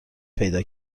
پیدا